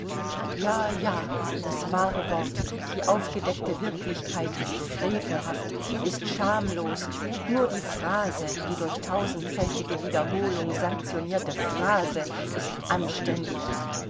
ja ja das wahre wort die aufgedeckte wirklichkeit ist frevelhaft ist schamlos nur die phrase die durch tausendfältige wiederholung sanktionierte phrase ist anständig